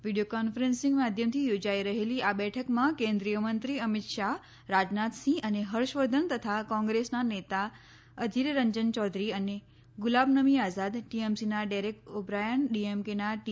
video conferencing માધ્યમથી યોજાઈ રહેલી આ બેઠકમાં કેન્દ્રીય મંત્રી અમિત શાહ રાજનાથસિંહ અને હર્ષવર્ધન તથા કોંગ્રેસના નેતા અધિર રંજન ચૌધરી અને ગુલામનબી આઝાદ ટીએમસીના ડેરેક ઓબ્રાયન ડીએમકેના ટી